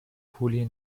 پولی